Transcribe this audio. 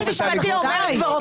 תודה רבה.